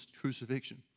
crucifixion